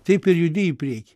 taip ir judi į priekį